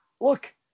look